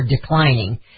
declining